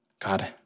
God